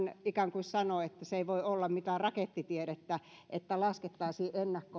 hän sanoi voi olla mitään rakettitiedettä että laskettaisiin ennakkoon